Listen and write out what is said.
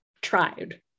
tried